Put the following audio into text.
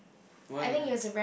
why